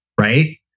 right